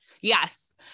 Yes